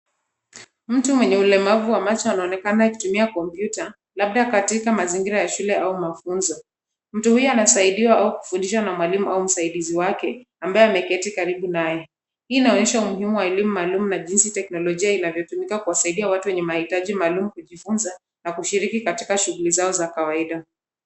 Mtu mwenye ulemavu wa macho anaonekana akitumia kompyuta labda katika mazingira ya shule au mafunzo. Mtu huyo anasaidiwa au kufundishwa na mwalimu au msaidizi wake ambaye ameketi karibu naye, hii inaonyesha umuhimu wa elimu maalumu na jinsi teknolojia inavyotumika kuwasaidia watu wenye mahitaji maalumu kujifunza na kushiriki katika shughuli zao za kawaida.